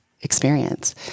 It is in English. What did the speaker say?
experience